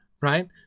right